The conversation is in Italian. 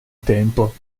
tempo